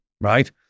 right